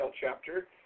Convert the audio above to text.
chapter